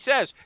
says